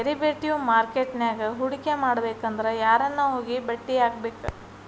Derivative market ನ್ಯಾಗ್ ಹೂಡ್ಕಿಮಾಡ್ಬೆಕಂದ್ರ ಯಾರನ್ನ ಹೊಗಿ ಬೆಟ್ಟಿಯಾಗ್ಬೇಕ್?